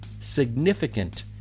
significant